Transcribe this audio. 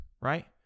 right